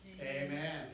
Amen